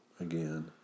again